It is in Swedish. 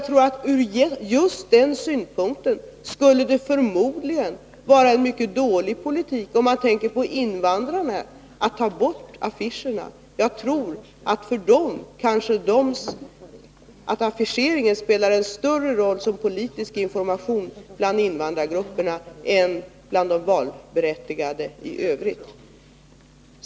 Ur just den synpunkten skulle det förmodligen vara en mycket dålig politik, om man tänker på invandrarna, att ta bort affischerna. Affischerna spelar kanske en större roll som politisk information bland invandrargrupperna än bland valberättigade i övrigt.